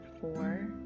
four